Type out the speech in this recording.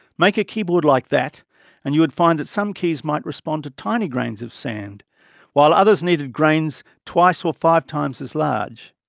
make a keyboard like that and you would find that some keys might respond to tiny grains of sand while others needed grains twice or five times as large.